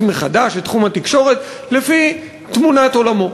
מחדש את תחום התקשורת לפי תמונת עולמו.